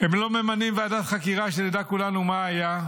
הם לא ממנים ועדת חקירה כדי שנדע כולנו מה היה.